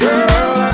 Girl